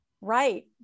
right